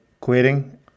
quitting